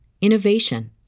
innovation